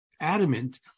adamant